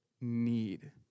need